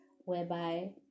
whereby